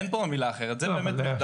אין פה מילה אחרת, זה באמת מחדל.